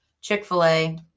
Chick-fil-A